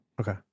okay